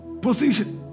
position